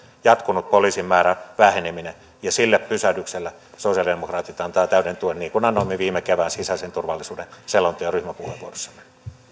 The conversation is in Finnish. jatkunut poliisien määrän väheneminen ja sille pysähdykselle sosialidemokraatit antavat täyden tuen niin kuin annoimme viime keväänä sisäisen turvallisuuden selonteon ryhmäpuheenvuorossamme